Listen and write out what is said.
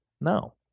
No